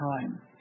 time